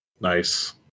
Nice